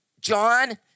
John